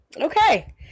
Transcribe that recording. Okay